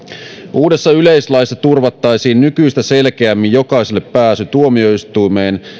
uudessa yleislaissa turvattaisiin nykyistä selkeämmin jokaiselle pääsy tuomioistuimeen